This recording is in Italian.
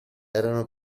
erano